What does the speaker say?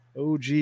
OG